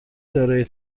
دارای